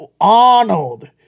Arnold